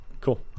Cool